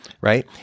Right